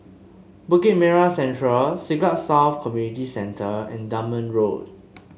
Bukit Merah Central Siglap South Community Centre and Dunman Road